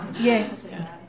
yes